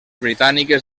britàniques